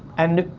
and,